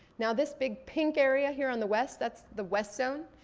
now this big pink area here on the west, that's the west zone.